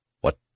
What